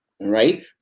right